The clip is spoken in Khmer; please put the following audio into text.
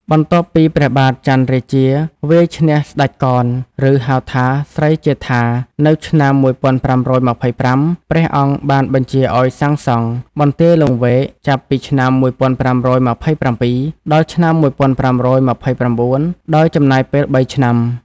បន្ទាប់ពីព្រះបាទចន្ទរាជាវាយឈ្នះស្ដេចកន ឬ ហៅថាស្រីជេដ្ឋា នៅឆ្នាំ ១៥២៥ ព្រះអង្គបានបញ្ជាឱ្យសាងសង់ បន្ទាយលង្វែក ចាប់ពីឆ្នាំ ១៥២៧ ដល់ឆ្នាំ ១៥២៩ ដោយចំណាយពេល ៣ ឆ្នាំ។